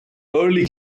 early